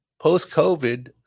post-covid